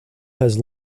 has